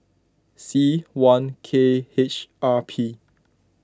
C one K H R P